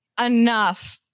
enough